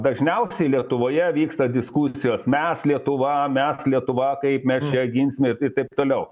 dažniausiai lietuvoje vyksta diskusijos mes lietuva mes lietuva kaip mes čia ginsimės ir taip toliau